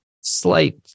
slight